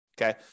Okay